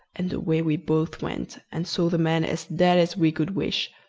and away we both went and saw the man as dead as we could wish.